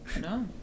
No